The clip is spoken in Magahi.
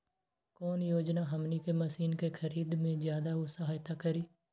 कौन योजना हमनी के मशीन के खरीद में ज्यादा सहायता करी?